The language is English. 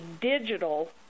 digital